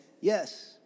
yes